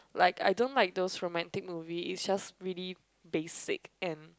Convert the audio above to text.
like I don't like those romantic movie it's just really basic and